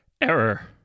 Error